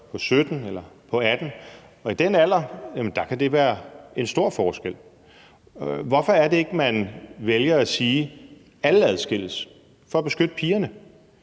på 17 eller 18 år, og i den alder kan det være en stor forskel. Hvorfor vælger man ikke at sige, at alle adskilles, for at beskytte pigerne?